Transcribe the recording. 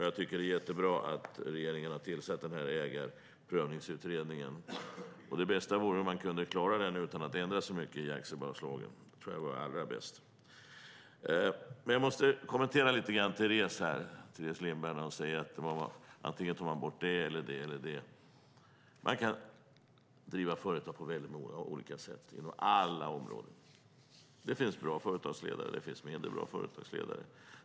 Jag tycker att det är jättebra att regeringen har tillsatt Ägarprövningsutredningen, och det allra bästa vore om man kunde klara det här utan att ändra så mycket i aktiebolagslagen. Jag ska kommentera lite av det Teres Lindberg säger om att man tar bort antingen det ena eller det andra. Man kan driva företag på många olika sätt inom alla områden. Det finns bra företagsledare och det finns mindre bra företagsledare.